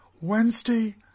Wednesday